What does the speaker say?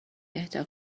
اهدا